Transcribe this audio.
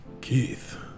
Keith